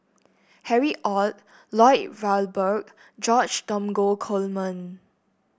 Harry Ord Lloyd Valberg George Dromgold Coleman